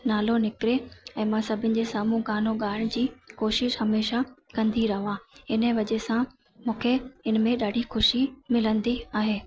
नालो निकिरे ऐं मां सभिनी जे साम्हूं गानो ॻाइण जी कोशिश हमेशह कंदी रहा हिनजे वजह सां मूंखे हिन में ॾाढी ख़ुशी मिलंदी आहे